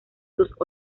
sus